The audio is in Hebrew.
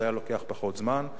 זה היה לוקח פחות זמן,